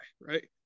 right